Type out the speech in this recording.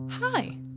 Hi